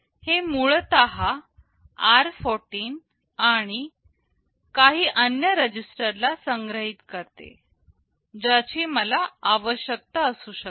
हे मूळतः r14 आणि काही अन्य रजिस्टर ला संग्रहीत करते ज्याची मला आवश्यकता असू शकते